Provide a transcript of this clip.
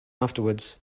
afterwards